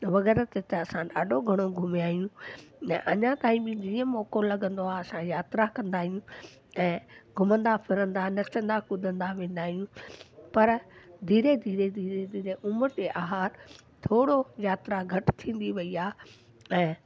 वगै़रह ते असां ॾाढो घुमिया आहियूं ऐं अञा ताईं बि जीअं मौक़ो लॻंदो आहे असां यात्रा कंदा आहियूं ऐं घुमंदा फिरंदा नचंदा कुदंदा वेंदा आहियूं पर धीरे धीरे धीरे धीरे उमिरि जे आहार थोरो यात्रा घटि थींदी वई आहे ऐं